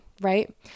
right